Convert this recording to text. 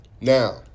Now